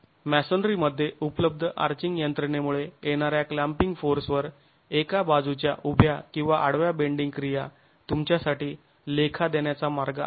masonry मध्ये उपलब्ध arching यंत्रणेमुळे येणाऱ्या क्लॅम्पिंग फोर्स वर एका बाजूच्या उभ्या किंवा आडव्या बेंडिंग क्रीया तुमच्यासाठी लेखा देण्याचा मार्ग आहे